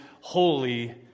holy